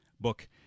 book